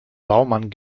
baumann